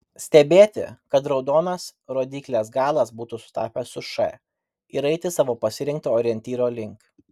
stebėti kad raudonas rodyklės galas būtų sutapęs su š ir eiti savo pasirinkto orientyro link